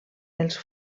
els